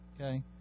okay